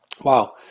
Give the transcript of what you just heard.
Wow